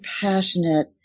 passionate